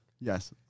Yes